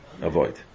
avoid